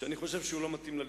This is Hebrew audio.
ואני חושב שהוא לא מתאים לליכוד.